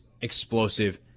explosive